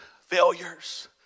failures